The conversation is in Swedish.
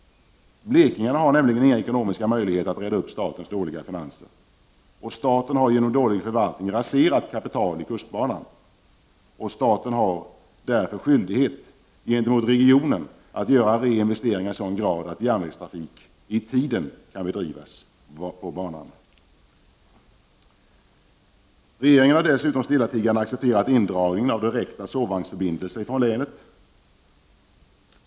Blekingarna har nämligen inga ekonomiska möjligheter att reda upp statens dåliga finanser. Staten har genom dälig förvaltning raserat kapital i kustbanan. Staten har därför skyldighet gentemot regionen att göra reinvesteringar i sådan grad att järnvägstrafik i tiden kan bedrivas på banan. Regeringen har stillatigande accepterat indragningen av direkta sovvagnsförbindelser från länet.